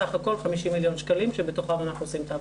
סך הכל 50 מיליון שקלים שבתוכם אנחנו עושים את העבודה.